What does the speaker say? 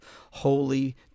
holy